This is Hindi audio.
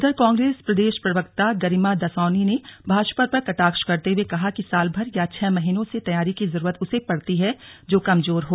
उधर कांग्रेस प्रदेश प्रवक्ता गरिमा दसौनी ने भाजपा पर कटाक्ष करते हुए कहा कि सालभर या छह महीनों से तैयारी की जरूरत उसे पड़ती है जो कमजोर हो